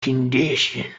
condition